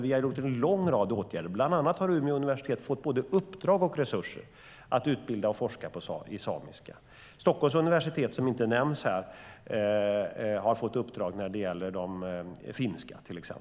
Vi har gjort en lång rad åtgärder, bland annat har Umeå universitet fått både uppdrag och resurser att utbilda och forska i samiska. Stockholms universitet som inte nämns här har fått uppdrag när det gäller finska.